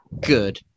good